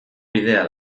bidea